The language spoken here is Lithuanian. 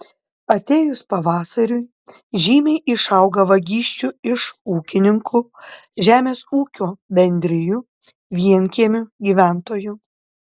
atėjus pavasariui žymiai išauga vagysčių iš ūkininkų žemės ūkio bendrijų vienkiemių gyventojų